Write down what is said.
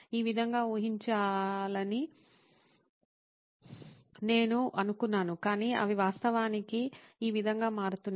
ఈ విధంగా ఉండాలని నేను అనుకున్నాను కాని అవి వాస్తవానికి ఈ విధంగా మారుతున్నాయి